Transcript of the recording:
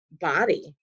body